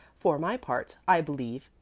for my part i believe,